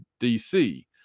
DC